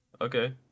Okay